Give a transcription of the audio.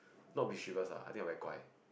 not mischievous ah I think I very guai